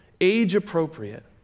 age-appropriate